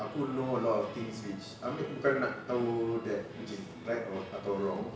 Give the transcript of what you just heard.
aku know a lot of things which I mean bukan nak tahu that which is right atau wrong